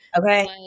Okay